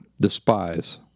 despise